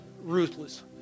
ruthless